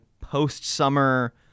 post-summer